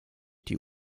die